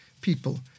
people